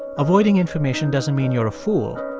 avoiding information doesn't mean you're a fool.